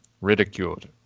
ridiculed